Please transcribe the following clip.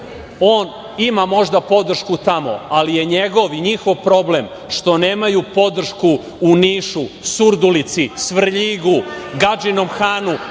on ima, možda, podršku tamo, ali je njegov i njihov problem što nemaju podršku u Nišu, Surdulici, Svrljigu, Gadžinom Hanu,